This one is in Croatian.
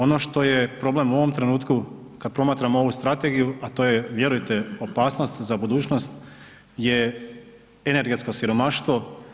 Ono što je problem u ovom trenutku kad promatramo ovu strategiju, a to je vjerujte opasnost za budućnost, je energetsko siromaštvo.